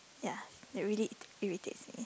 ya it really irritates me